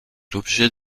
l’objet